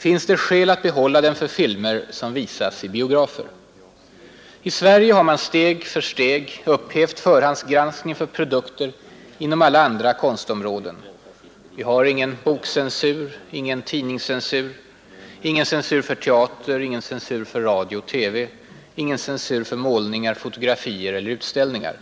Finns skäl att behålla den för filmer som visas i biografer? I Sverige har man steg för steg upphävt förhandsgranskning för produkter inom alla andra konstområden. Vi har ingen bokcensur, ingen tidningscensur, ingen censur för teater, ingen censur för radio och TV, ingen censur för målningar, fotografier eller utställningar.